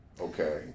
okay